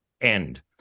end